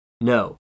No